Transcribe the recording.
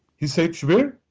he said, subir,